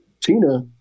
Tina